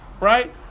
right